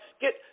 get